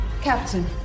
Captain